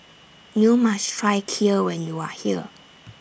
YOU must Try Kheer when YOU Are here